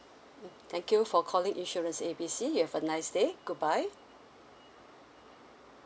thank you for calling insurance A B C you have a nice day goodbye